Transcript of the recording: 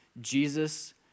Jesus